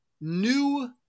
new